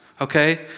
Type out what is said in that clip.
Okay